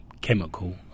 chemical